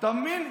אתה מבין?